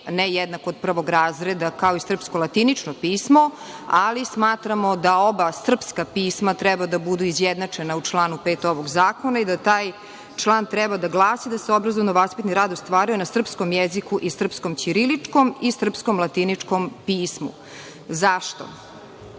nejednako od prvog razreda kao i srpsko latinično pismo, ali smatramo da oba srpska pisma treba da budu izjednačena u članu 5. ovog zakona i da taj član treba da glasi – da se obrazovno-vaspitni rad ostvaruje na srpskom jeziku i srpskom ćiriličnom i srpskom latiničnom pismu.